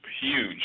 huge